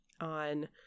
on